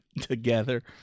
together